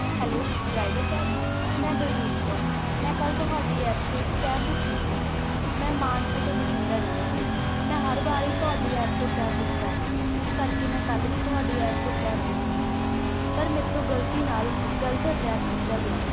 hello driver cab ਮੈਂ ਬਲਜੀਤ ਕੌਰ ਮੈਂ ਕੱਲ੍ਹ ਤੁਹਾਡੀ ਐਪ ਤੋਂ ਇੱਕ ਕੈਬ ਬੁੱਕ ਕੀਤੀ ਸੀ ਮੈਂ ਮਾਨਸਾ ਤੋਂ ਬਠਿੰਡਾ ਜਾਣਾ ਸੀ ਮੈਂ ਹਰ ਵਾਰੀ ਤੁਹਾਡੀ ਐਪ ਤੋਂ ਕੈਬ ਬੁੱਕ ਕਰਦੀ ਹਾਂ ਜਿਸ ਕਰਕੇ ਮੈਂ ਕੱਲ੍ਹ ਵੀ ਤੁਹਾਡੀ ਐਪ ਤੋਂ ਕੈਬ ਬੁੱਕ ਕੀਤੀ ਪਰ ਮੇਰੇ ਤੋਂ ਗਲਤੀ ਨਾਲ ਗਲਤ ਅਡਰੈਸ ਦਿੱਤਾ ਗਿਆ